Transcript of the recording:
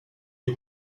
lui